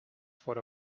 for